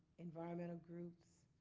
environmental groups,